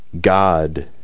God